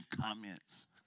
comments